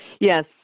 Yes